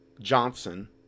Johnson